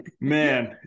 man